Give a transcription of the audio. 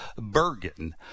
Bergen